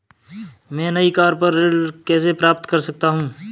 मैं नई कार पर ऋण कैसे प्राप्त कर सकता हूँ?